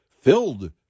filled